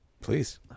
Please